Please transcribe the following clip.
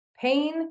pain